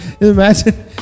Imagine